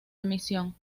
emisión